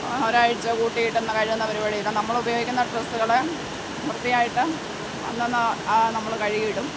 ഒരാഴ്ച്ച കൂട്ടിയിട്ട് കഴുകുന്ന പരിപാടിയില്ല നമ്മൾ ഉപയോഗിക്കുന്ന ഡ്രസ്സുകൾ വൃത്തിയായിട്ട് അന്നന്ന് നമ്മൾ കഴുകിയിടും